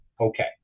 okay